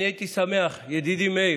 ידידי מאיר,